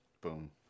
Boom